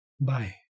Bye